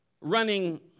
running